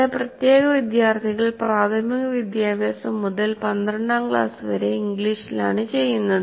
ചില പ്രത്യേക വിദ്യാർത്ഥികൾ പ്രാഥമിക വിദ്യാഭ്യാസം മുതൽ പന്ത്രണ്ടാം ക്ലാസ് വരെ ഇംഗ്ലീഷിലാണ് ചെയ്യുന്നത്